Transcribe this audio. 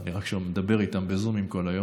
אני רק מדבר איתם בזומים כל היום,